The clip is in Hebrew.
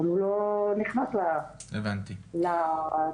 הוא לא נכנס לשיכלול.